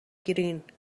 گرین